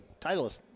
Titleist